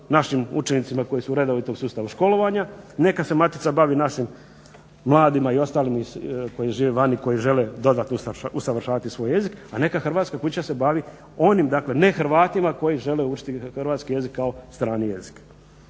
našim učenicima koji su u redovitom sustavu školovanja, neka se matica bavi našim mladima i ostalim koji žive vani, koji žele dodatno usavršavati svoj jezik, a neka Hrvatska kuća se bavi onim dakle ne Hrvatima koji žele učiti Hrvatski jezik kao strani jezik.